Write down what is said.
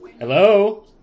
Hello